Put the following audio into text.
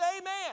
amen